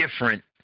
different